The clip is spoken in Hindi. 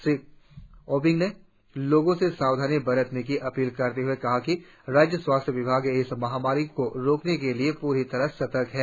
श्री ओबिंग ने लोगो से सावधानी बरतने की अपील करते हुए कहा कि राज्य स्वास्थ्य विभाग इस महामारी को रोकने के लिए पूरी तरह सतर्क है